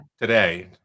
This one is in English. today